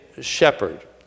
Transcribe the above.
shepherd